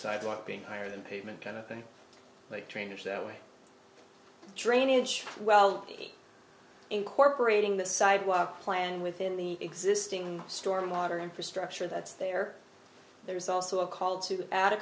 sidewalk being higher than pavement kind of thing like trainers that way drainage well incorporating that sidewalk plan within the existing stormwater infrastructure that's there there is also a call to add a